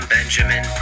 Benjamin